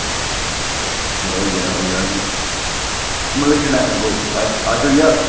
चलो होई होई जाह्ग नी मतलब किन्ना टाइम लग्गग अज्ज अज्ज होई जाह्ग